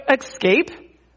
escape